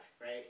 right